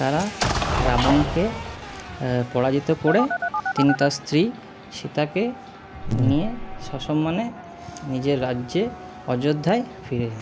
তাঁরা রাবণকে পরাজিত করে তিনি তাঁর স্ত্রী সীতাকে নিয়ে সসম্মানে নিজের রাজ্যে অযোধ্যায় ফিরে যান